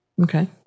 Okay